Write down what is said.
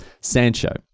Sancho